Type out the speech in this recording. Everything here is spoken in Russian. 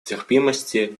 терпимости